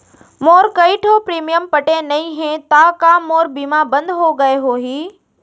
मोर कई ठो प्रीमियम पटे नई हे ता का मोर बीमा बंद हो गए होही?